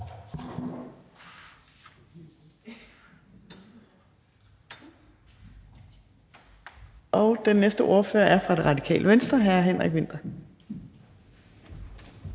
Den næste ordfører er fra Det Radikale Venstre. Hr. Henrik Vinther.